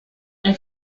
elle